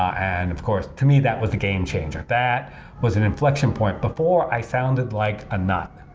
and of course, to me that was a game changer. that was an inflection point. before, i sounded like a nut.